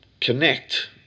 connect